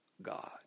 God